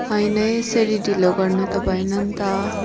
होइन यसरी ढिलो गर्नु त भएन नि त